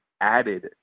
added